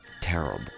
terrible